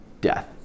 Death